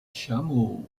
chameau